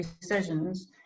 decisions